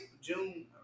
June